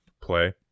play